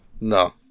No